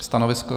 Stanovisko?